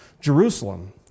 Jerusalem